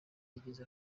igize